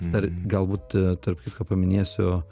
dar galbūt tarp kitko paminėsiu